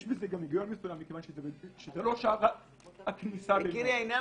יש בזה היגיון מסוים כי זה לא שער הכניסה לעישון.